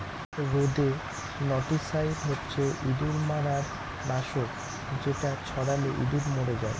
rodenticide হচ্ছে ইঁদুর মারার নাশক যেটা ছড়ালে ইঁদুর মরে যায়